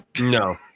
No